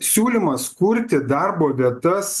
siūlymas kurti darbo vietas